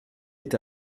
est